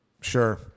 Sure